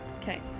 Okay